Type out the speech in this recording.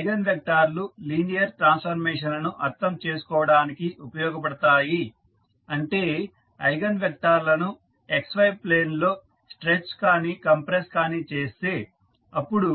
eigen vector లు linear transformation లను అర్థం చేసుకోవడానికి ఉపయోగపడుతాయి అంటే ఐగన్ వెక్టార్ లను XY ప్లేన్ లో స్ట్రెచ్ కానీ కంప్రెస్ కానీ చేస్తే అపుడు